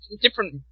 different